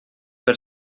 per